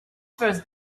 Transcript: first